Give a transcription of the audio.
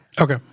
Okay